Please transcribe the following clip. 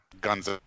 guns